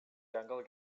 jungle